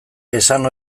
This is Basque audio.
esan